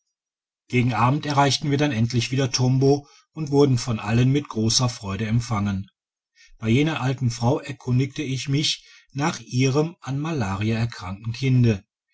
gegen abend erreichten wir dann endlich wieder tombo und wurden von allen mit grosser freude empfangen bei jener alten frau erkundigte ich mich nach ihrem an malaria erkrankten kinde